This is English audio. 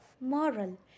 Moral